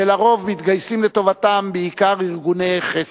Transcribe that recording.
שלרוב מתגייסים לטובתם בעיקר ארגוני חסד.